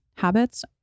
habits